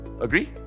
Agree